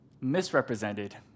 misrepresented